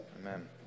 Amen